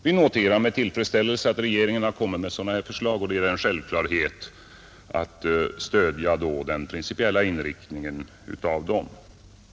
Vi noterar med tillfredsställelse att regeringen har kommit med sådana här förslag, och det är en självklarhet att stödja deras principiella inriktning.